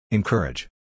Encourage